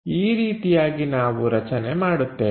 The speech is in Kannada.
ಈ ರೀತಿಯಾಗಿ ನಾವು ರಚನೆ ಮಾಡುತ್ತೇವೆ